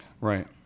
Right